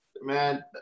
Man